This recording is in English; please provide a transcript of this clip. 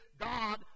God